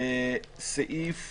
סעיף